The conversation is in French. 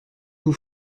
vous